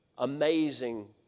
amazing